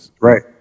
right